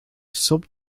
sub